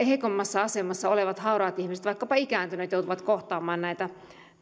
heikoimmassa asemassa olevat hauraat ihmiset vaikkapa ikääntyneet joutuvat kohtaamaan näitä